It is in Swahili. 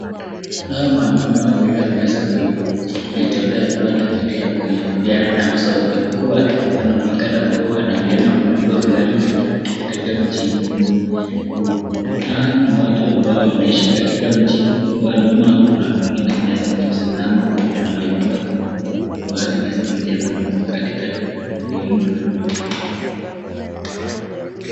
Hawa mamama wawili yameweza kutembea wakiwa na kitu ya kuvia na waso wote huku wanaonekana kuwa wanabiana ujumbe fulani kutoka mjini huu. Hawa ni watu ambao wanaishi katika mjini ambao nyuma kuna mwingine ameweza kusimama huku kuna majumba ambayo yameweza kujengwa katika sehemu hiyo.